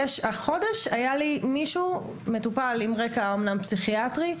החודש היה מטופל עם רקע אמנם פסיכיאטרי,